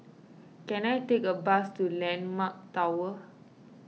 can I take a bus to Landmark Tower